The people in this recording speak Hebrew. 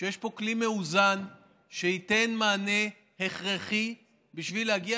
שיש פה כלי מאוזן שייתן מענה הכרחי בשביל להגיע